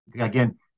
Again